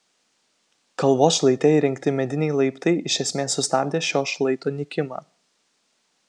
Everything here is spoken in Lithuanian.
kalvos šlaite įrengti mediniai laiptai iš esmės sustabdė šio šlaito nykimą